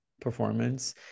performance